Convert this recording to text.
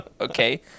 Okay